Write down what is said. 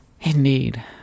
Indeed